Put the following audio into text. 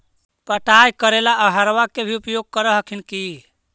पटाय करे ला अहर्बा के भी उपयोग कर हखिन की?